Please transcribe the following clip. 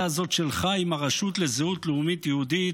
הזאת שלך עם הרשות לזהות לאומית יהודית,